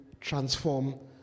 transform